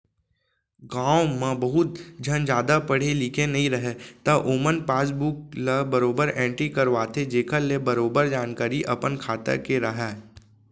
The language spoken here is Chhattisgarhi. गॉंव म बहुत झन जादा पढ़े लिखे नइ रहयँ त ओमन पासबुक ल बरोबर एंटरी करवाथें जेखर ले बरोबर जानकारी अपन खाता के राहय